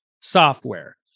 software